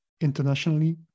internationally